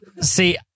see